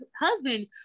husband